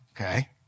okay